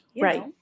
right